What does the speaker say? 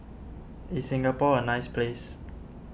is Singapore a nice place